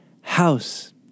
house